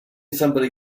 somebody